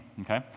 okay